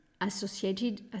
associated